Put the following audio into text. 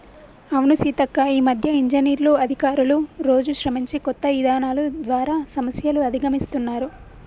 అవును సీతక్క ఈ మధ్య ఇంజనీర్లు అధికారులు రోజు శ్రమించి కొత్త ఇధానాలు ద్వారా సమస్యలు అధిగమిస్తున్నారు